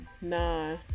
nah